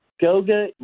goga